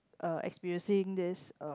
uh experiencing this uh